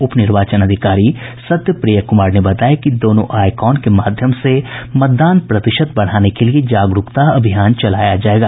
उप निर्वाचन अधिकारी सत्यप्रिय कुमार ने बताया कि दोनों आइकॉन के माध्यम से मतदान प्रतिशत बढ़ाने के लिए जागरूकता अभियान चलाया जायेगा